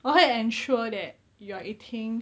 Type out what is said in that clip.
我会 ensure that you are eating